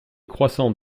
croissants